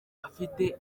afite